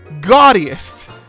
gaudiest